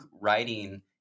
writing